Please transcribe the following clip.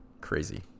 Crazy